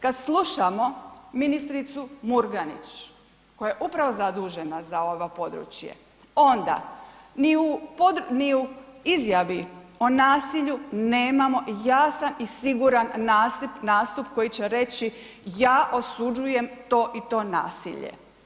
Kad slušamo ministricu Murganić koja je upravo zadužena za ovo područje onda ni u izjavi o nasilju nemamo jasan i siguran nastup koji će reći ja osuđujem to i to nasilje.